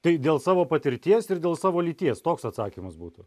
tai dėl savo patirties ir dėl savo lyties toks atsakymas būtų